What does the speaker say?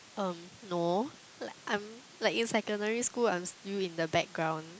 em no like I'm like in secondary school I'm still in the background